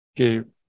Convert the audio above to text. Okay